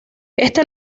este